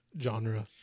genre